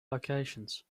locations